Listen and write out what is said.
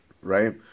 right